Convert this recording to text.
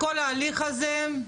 במהלך שני עשורים האחרונים.